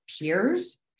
peers